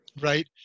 right